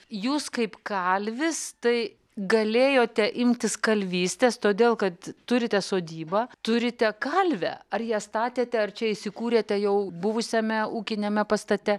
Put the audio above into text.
jūs kaip kalvis tai galėjote imtis kalvystės todėl kad turite sodybą turite kalvę ar ją statėte ar čia įsikūrėte jau buvusiame ūkiniame pastate